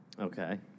Okay